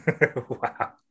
Wow